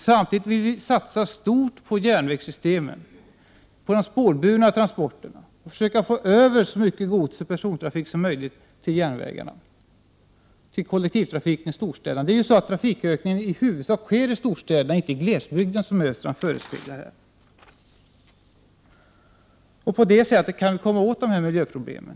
Samtidigt vill vi dock satsa stort på järnvägssystemen och de spårburna transporterna. Vi vill att så mycket gods och en så stor del av persontrafiken som möjligt skall föras över på järnvägen och kollektivtrafiken i storstäderna. Det är ju i huvudsak i storstäderna som trafiken ökar, inte i glesbygden, som Olle Östrand förespeglade här. Vi skulle alltså kunna komma åt miljöproblemen.